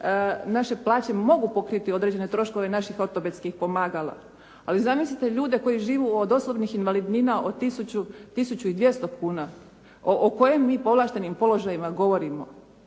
naše plaće mogu pokriti određene troškove naših ortopedskih pomagala. Ali zamislite ljude koji žive od osobnih invalidnina od tisuću i 200 kuna. O kojem mi povlaštenim položajima govorimo?